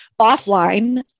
offline